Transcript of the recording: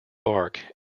bark